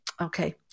Okay